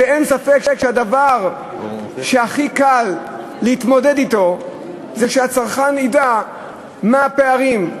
ואין ספק שהדבר הכי קל להתמודדות עם הבעיה הוא שהצרכן ידע מה הפערים.